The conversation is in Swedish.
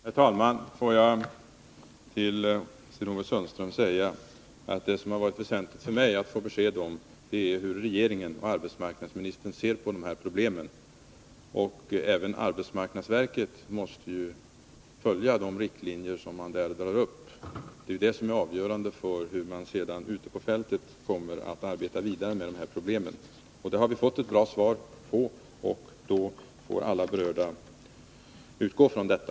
Herr talman! Får jag till Sten-Ove Sundström säga att det som har varit väsentligt för mig att få besked om är hur regeringen och arbetsmarknadsministern ser på dessa problem. Även arbetsmarknadsverket måste följa de riktlinjer som man där drar upp. Det är ju avgörande för hur man sedan ute på fältet kommer att arbeta vidare med dessa problem. Vi har fått ett bra svar från arbetsmarknadsministern, och alla berörda får utgå från detta.